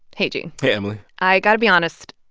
hey, gene hey, emily i've got to be honest,